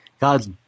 God's